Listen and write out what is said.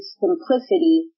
simplicity